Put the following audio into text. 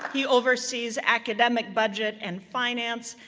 he oversees academic budget and finance,